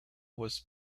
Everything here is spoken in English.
was